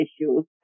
issues